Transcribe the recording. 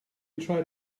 tried